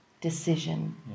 decision